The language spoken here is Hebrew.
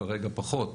כרגע פחות